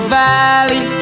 valley